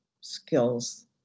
skills